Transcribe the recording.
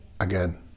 again